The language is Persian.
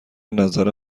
نظر